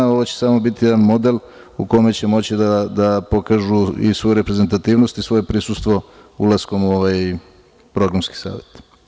Ovo će biti samo jedan model u kome će moći da pokažu i svoju reprezentativnost i svoje prisustvo ulaskom u Programski savet.